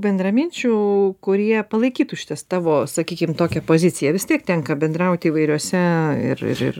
bendraminčių kurie palaikytų šitas tavo sakykim tokią poziciją vis tiek tenka bendraut įvairiose ir ir ir